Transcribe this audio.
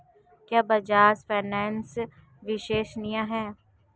क्या बजाज फाइनेंस विश्वसनीय है?